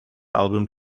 album